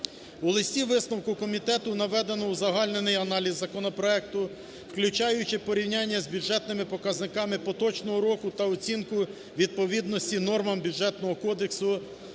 У листі-висновку комітету наведено узагальнений аналіз законопроекту, включаючи порівняння з бюджетними показниками поточного року та оцінкою відповідності нормам Бюджетного кодексу